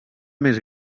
més